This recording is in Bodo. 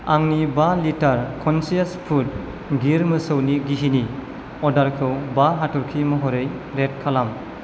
आंनि बा लिटार कन्सियास फुद गिर मौसौनि घिनि अर्डारखौ बा हाथरखि महरै रेट खालाम